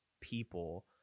people